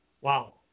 Wow